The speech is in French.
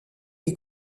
est